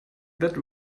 that